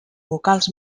vocals